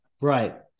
right